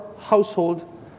household